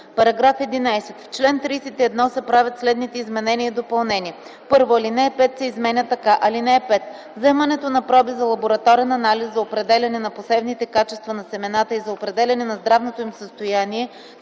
§ 11: „§ 11. В чл. 31 се правят следните изменения и допълнения: 1. Алинея 5 се изменя така: „(5) Вземането на проби за лабораторен анализ за определяне на посевните качества на семената и за определяне на здравното им състояние